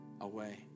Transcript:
away